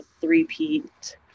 three-peat